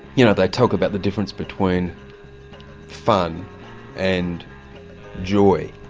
you know, they talk about the difference between fun and joy.